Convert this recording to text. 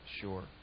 sure